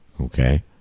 Okay